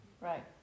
right